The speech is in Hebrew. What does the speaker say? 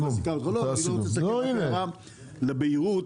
לגבי הבהירות,